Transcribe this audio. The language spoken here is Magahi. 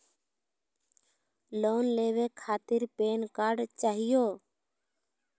लोन लेवे खातीर पेन कार्ड चाहियो?